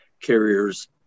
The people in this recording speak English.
carriers